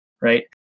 right